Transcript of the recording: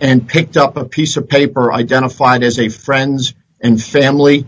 and picked up a piece of paper identified as a friends and family